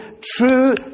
True